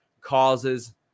causes